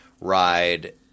ride